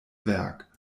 werk